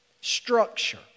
Structure